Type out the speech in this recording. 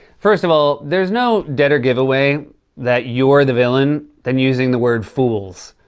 first of all, there's no deader giveaway that you're the villain than using the word fools.